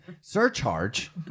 Surcharge